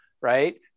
right